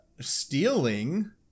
stealing